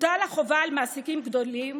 תוטל החובה על מעסיקים גדולים,